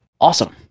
awesome